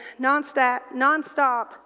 nonstop